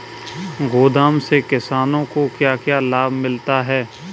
गोदाम से किसानों को क्या क्या लाभ मिलता है?